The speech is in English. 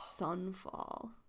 Sunfall